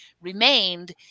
remained